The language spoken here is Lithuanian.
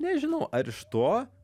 nežinau ar iš to